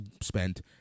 spent